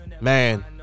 man